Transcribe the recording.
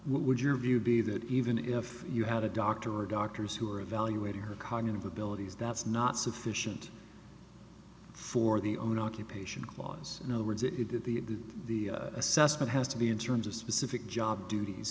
what would your view be that even if you had a doctor or doctors who were evaluating her cognitive abilities that's not sufficient for the own occupation clause in other words if you did the assessment has to be in terms of specific job duties